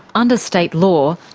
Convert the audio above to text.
under state law,